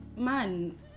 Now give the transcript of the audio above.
Man